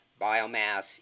Biomass